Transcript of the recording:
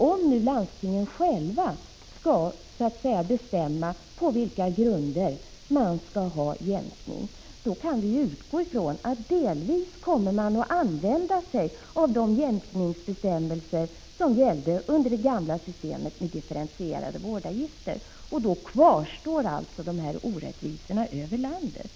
Om nu landstingen själva skall bestämma på vilka grunder den enskilde kan få jämkning, kan vi utgå ifrån att man delvis kommer att använda sig av de jämkningsbestämmelser som gällde under det gamla systemet med differentierade vårdavgifter, och då kvarstår alltså orättvisan över landet.